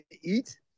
eat